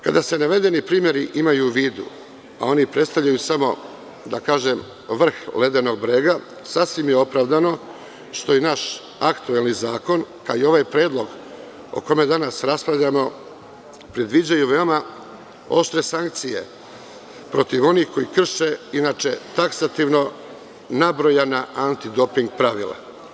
Kada se navedeni primeri imaju u vidu, a oni predstavljaju samo, da kažem, vrh ledenog brega sasvim je opravdano što i naš aktuelni zakon, kao i ovaj predlog o kome danas raspravljamo predviđaju veoma oštre sankcije protiv onih koji krše, inače taksativno nabrojana anti doping pravila.